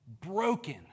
broken